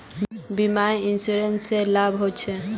बीमा या इंश्योरेंस से की लाभ होचे?